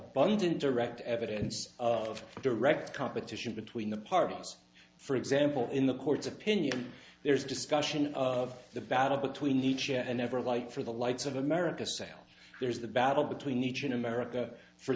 abundant direct evidence of direct competition between the parties for example in the court's opinion there is discussion of the battle between each and every light for the lights of america sale there's the battle between each in america for